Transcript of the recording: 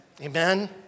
Amen